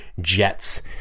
Jets